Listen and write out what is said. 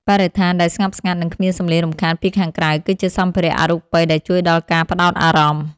បរិស្ថានដែលស្ងប់ស្ងាត់ និងគ្មានសម្លេងរំខានពីខាងក្រៅ គឺជាសម្ភារៈអរូបិយដែលជួយដល់ការផ្ដោតអារម្មណ៍។